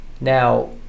now